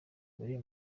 abereye